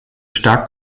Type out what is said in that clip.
stark